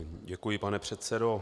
Děkuji, pane předsedo.